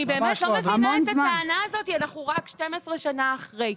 אני באמת לא מבינה את הטענה הזאת 'אנחנו רק 12 שנה אחרי'.